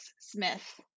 Smith